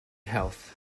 health